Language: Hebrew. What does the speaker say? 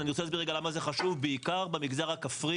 אני רוצה להסביר רגע למה זה חשוב בעיקר במגזר הכפרי,